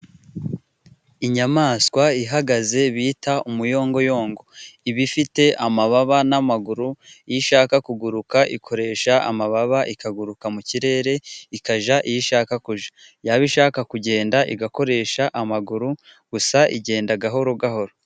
Inyamanswa ihagaze bita umuyongoyongo, iba ifite amababa n'amaguru, iyo ishaka kuguruka ikoresha amababa ikaguruka mu kirere ikajya iyo ishaka kujya, yaba ishaka kugenda igakoresha amaguru gusa igenda gahoro gahoro.